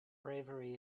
bravery